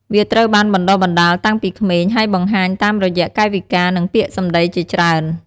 វាត្រូវបានបណ្ដុះបណ្ដាលតាំងពីក្មេង ហើយបង្ហាញតាមរយៈកាយវិការ និងពាក្យសម្ដីជាច្រើន។